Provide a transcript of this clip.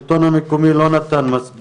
תגיד, אתה הבנת מי אחראי על רשות